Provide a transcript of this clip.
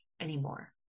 anymore